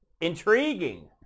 Intriguing